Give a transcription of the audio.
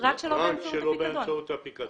רק שלא באמצעות הפיקדון.